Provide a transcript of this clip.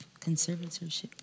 Conservatorship